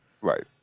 Right